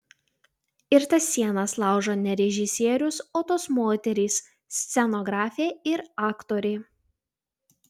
ir tas sienas laužo ne režisierius o tos moterys scenografė ir aktorė